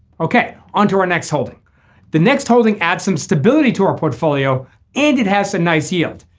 okay. onto our next holding the next holding add some stability to our portfolio and it has a nice yield.